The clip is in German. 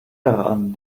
daran